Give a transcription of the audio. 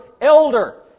elder